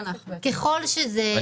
בבקשה.